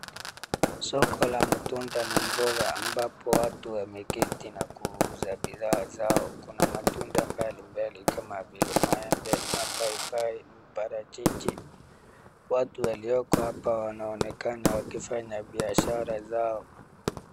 Soko la matunda na mboga ambapo watu wameketi na kuuza bidhaa zao. Kuna matunda mbalimbali kama vile maembe, mapaipai, maparachichi. Watu walioko hapa wanaonekana wakifanya biashara zao.